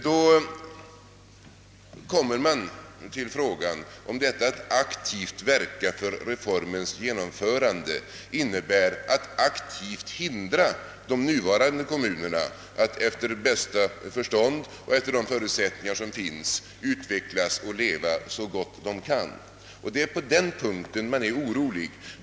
Då frågar man sig om detta »att aktivt verka för reformens genomförande» innebär att aktivt hindra de nuvarande kommunerna att efter bästa förstånd och på grundval av de föreliggande förutsättningarna utveckla sig och leva så gott de kan. Det är på denna punkt man är orolig.